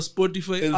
Spotify